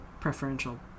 preferential